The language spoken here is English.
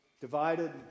divided